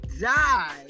die